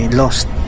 lost